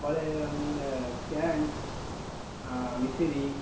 ஓலை இலையில வந்து இந்த ஃபேன் விசிறி